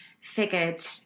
figured